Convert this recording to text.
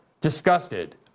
disgusted